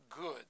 good